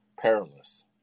perilous